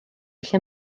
lle